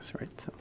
right